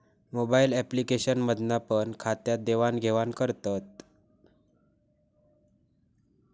mobile application मधना पण खात्यात देवाण घेवान करतत